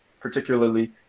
particularly